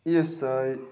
E S I